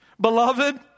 Beloved